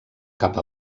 cap